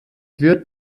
wird